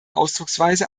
ausdrucksweise